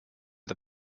the